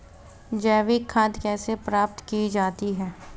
जैविक खाद कैसे प्राप्त की जाती है?